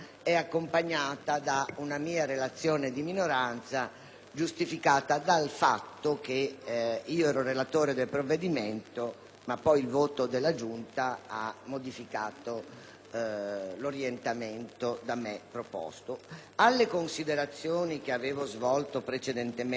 giustificata dal fatto che ero relatrice del provvedimento, ma poi il voto della Giunta ha modificato l'orientamento da me proposto. Alle considerazioni che ho svolto precedentemente, invitando tutti ad